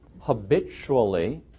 habitually